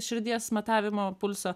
širdies matavimo pulso